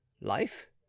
life